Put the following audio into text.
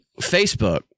Facebook